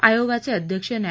आयोगाचे अध्यक्ष न्या